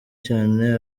cyane